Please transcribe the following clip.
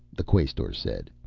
the quaestor said,